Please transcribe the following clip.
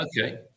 Okay